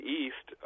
east